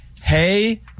hey